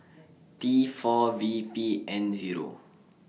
T four V P N Zero